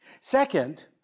Second